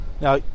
Now